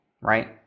right